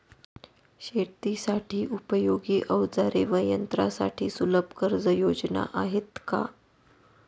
शेतीसाठी उपयोगी औजारे व यंत्रासाठी सुलभ कर्जयोजना आहेत का?